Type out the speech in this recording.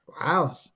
wow